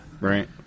Right